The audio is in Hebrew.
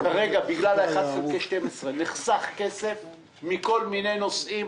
כרגע בגלל ה-1/12 נחסך כסף מכל מיני נושאים.